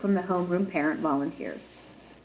from the homeroom parent volunteers